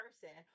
person